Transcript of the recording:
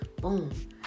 boom